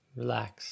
relax